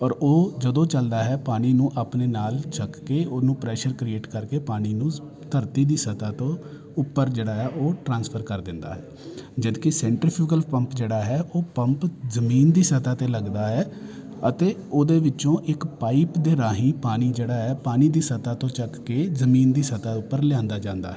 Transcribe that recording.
ਔਰ ਉਹ ਜਦੋਂ ਚੱਲਦਾ ਹੈ ਪਾਣੀ ਨੂੰ ਆਪਣੇ ਨਾਲ ਚੱਕ ਕੇ ਉਹਨੂੰ ਪ੍ਰੈਸ਼ਰ ਕ੍ਰੀਏਟ ਕਰਕੇ ਪਾਣੀ ਨੂੰ ਧਰਤੀ ਦੀ ਸਤਾ ਤੋਂ ਉੱਪਰ ਜਿਹੜਾ ਹੈ ਉਹ ਟ੍ਰਾਂਸਫਰ ਕਰ ਦਿੰਦਾ ਹੈ ਜਦਕਿ ਸੈਂਟਰਿਕ ਫਿਊਗਲ ਪੰਪ ਜਿਹੜਾ ਹੈ ਉਹ ਪੰਪ ਜ਼ਮੀਨ ਦੀ ਸਤਾ 'ਤੇ ਲੱਗਦਾ ਹੈ ਅਤੇ ਉਹਦੇ ਵਿੱਚੋਂ ਇੱਕ ਪਾਈਪ ਦੇ ਰਾਹੀਂ ਪਾਣੀ ਜਿਹੜਾ ਹੈ ਪਾਣੀ ਦੀ ਸਤਾ ਤੋਂ ਚੁੱਕ ਕੇ ਜ਼ਮੀਨ ਦੀ ਸਤਾ ਉੱਪਰ ਲਿਆਂਦਾ ਜਾਂਦਾ